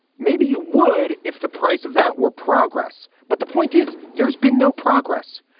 maybe you would. if the price of that were progress. but the point is, there's been no progress.